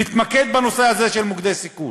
נתמקד בנושא הזה של מוקדי סיכון.